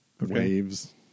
waves